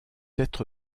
être